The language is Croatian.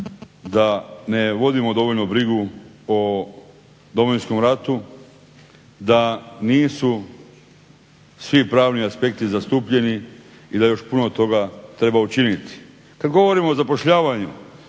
da ne vodimo dovoljno brigu o Domovinskom ratu, da nisu svi pravni aspekti zastupljeni i da još puno toga treba učiniti. Kad govorimo o zapošljavanju